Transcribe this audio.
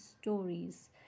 stories